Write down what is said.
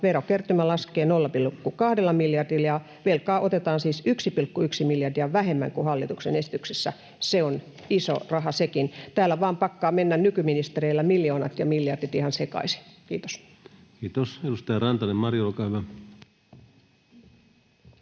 verokertymä laskee 0,2 miljardilla ja velkaa otetaan siis 1,1 miljardia vähemmän kuin hallituksen esityksessä. Se on iso raha sekin. Täällä vaan pakkaavat nykyministereillä menemään miljoonat ja miljardit ihan sekaisin. — Kiitos. Kiitos. — Edustaja Rantanen, Mari, olkaa hyvä.